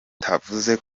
bitavuze